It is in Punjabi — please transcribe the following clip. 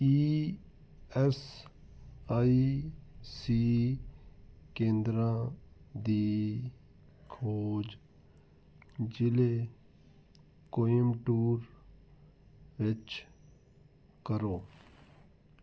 ਈ ਐਸ ਆਈ ਸੀ ਕੇਂਦਰਾਂ ਦੀ ਖੋਜ ਜ਼ਿਲ੍ਹੇ ਕੋਇੰਬਟੂਰ ਵਿੱਚ ਕਰੋ